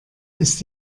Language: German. ist